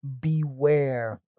beware